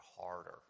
harder